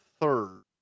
third